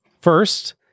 First